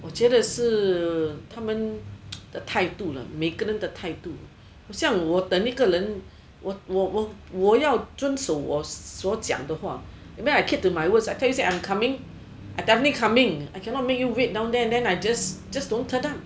我觉得是他们的态度 lah 每个人的态度像我等一个人我我我我要准手我所讲的话 maybe I keep to my words I tell you say I coming I definitely coming I cannot make you wait down there then just not turn up